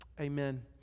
Amen